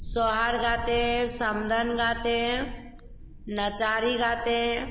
सोहर गाते हे समधन गाते हैं नचारी गाते हैं